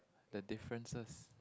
the differences